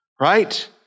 Right